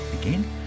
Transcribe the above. Again